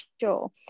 sure